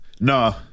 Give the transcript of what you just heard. No